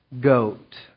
goat